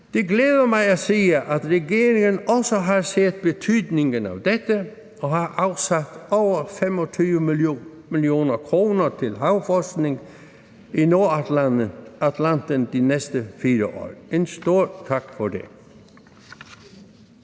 Det glæder mig at se, at regeringen også har set betydningen af dette og har afsat over 25 mio. kr. til havforskning i Nordatlanten de næste fire år. En stor tak for det.